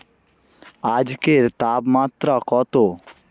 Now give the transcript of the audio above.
আজকের তাপমাত্রা কতো